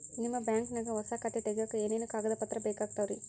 ನಿಮ್ಮ ಬ್ಯಾಂಕ್ ನ್ಯಾಗ್ ಹೊಸಾ ಖಾತೆ ತಗ್ಯಾಕ್ ಏನೇನು ಕಾಗದ ಪತ್ರ ಬೇಕಾಗ್ತಾವ್ರಿ?